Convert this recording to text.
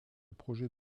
projet